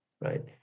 right